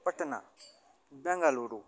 Patna Bengaluru